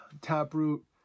Taproot